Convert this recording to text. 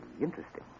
interesting